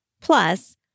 Plus